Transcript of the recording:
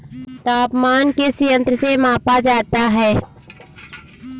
तापमान किस यंत्र से मापा जाता है?